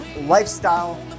Lifestyle